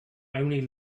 only